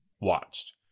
watched